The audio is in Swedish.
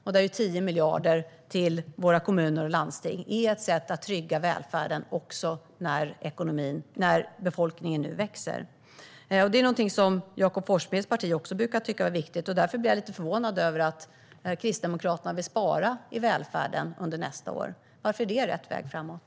Där är 10 miljarder till våra kommuner och landsting ett sätt att trygga välfärden nu när befolkningen växer. Detta är något som även Jakob Forssmeds parti brukar tycka är viktigt, och därför blir jag lite förvånad över att Kristdemokraterna vill spara i välfärden under nästa år. Varför är det rätt väg framåt?